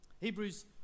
Hebrews